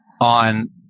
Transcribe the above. on